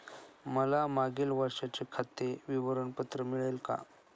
मला मागील वर्षाचे खाते विवरण पत्र मिळेल का?